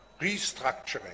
restructuring